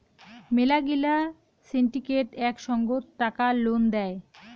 মেলা গিলা সিন্ডিকেট এক সঙ্গত টাকা লোন দেয়